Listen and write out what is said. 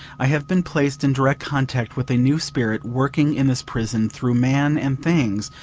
i have been placed in direct contact with a new spirit working in this prison through man and things,